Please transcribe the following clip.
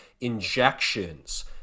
injections